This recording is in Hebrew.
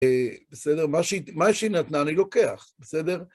בסדר? מה שהיא נתנה אני לוקח, בסדר?